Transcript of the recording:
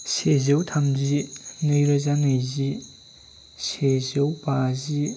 सेजौ थामजि नैरोजा नैजि सेजौ बाजि